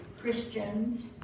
Christians